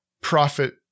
profit